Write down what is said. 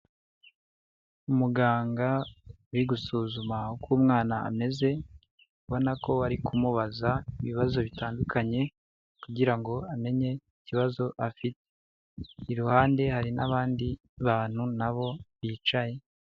Umuganga uri gusuzuma uko umwana ameze, ubona ko ari kumubaza ibibazo bitandukanye kugira ngo amenye ikibazo afite. Iruhande hari n'abandi bantu na bo bicaye.